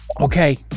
Okay